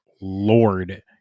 Lord